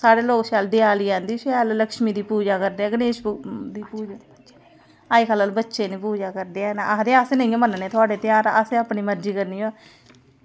साढ़े लोक शैल देआली आंदी शैल लक्ष्मी दी पूजा करदे गणेश दी पूजा करदे अजकल्ल बच्चे निं पूजा करदे हैन ते आखदे असें नेइयों मन्ने थुआढ़े ध्यार असें अपनी मरज़ी करनी ओ